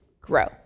grow